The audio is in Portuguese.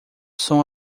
som